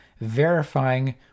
verifying